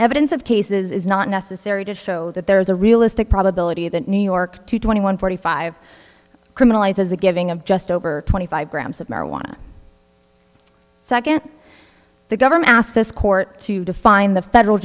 evidence of cases is not necessary to show that there is a realistic probability that new york to twenty one forty five criminalizes a giving of just over twenty five grams of marijuana second the government asked this court to define the federal